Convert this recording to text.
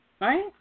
right